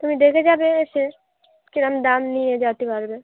তুমি দেখে যাবে এসে কিরম দাম নিয়ে জানতে পারবে